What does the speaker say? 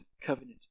covenant